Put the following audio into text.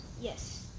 Yes